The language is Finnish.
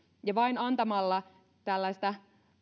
vain antamalla tällaista